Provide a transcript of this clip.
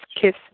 kiss